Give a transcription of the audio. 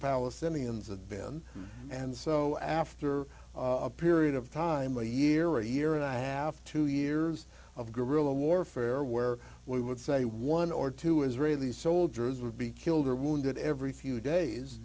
palestinians have been and so after a period of time a year or a year and a half two years of guerrilla warfare where we would say one or two israeli soldiers would be killed or wounded every few days